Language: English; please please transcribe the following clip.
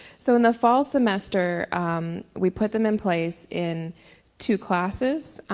so in the fall semester we put them in place in two classes,